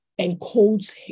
encodes